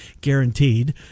guaranteed